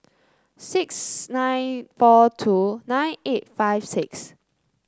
six nine four two nine eight five six